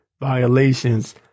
violations